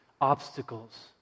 obstacles